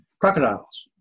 crocodiles